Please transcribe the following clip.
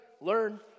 learn